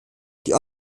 die